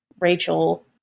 Rachel